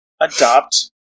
adopt